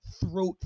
throat